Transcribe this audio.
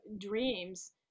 dreams